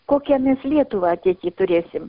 kokią mes lietuvą ateity turėsim